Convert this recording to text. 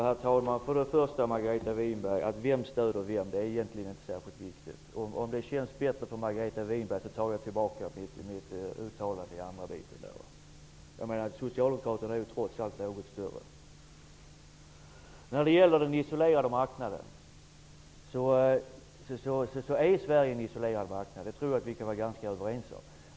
Herr talman! Vem som stöder vem, Margareta Winberg, är egentligen inte särskilt viktigt. Om det känns bättre för Margareta Winberg tar jag tillbaka mitt uttalande i den saken -- Socialdemokraterna är ju trots allt något större. Vad gäller den isolerade marknaden, tror jag att vi kan vara ganska överens om att Sverige är en isolerad marknad.